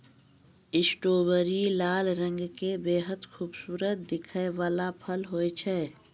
strawberry लाल रंग के बेहद खूबसूरत दिखै वाला फल होय छै